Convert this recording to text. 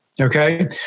okay